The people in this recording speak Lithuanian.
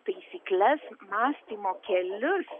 taisykles mąstymo kelius